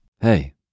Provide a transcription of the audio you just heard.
Hey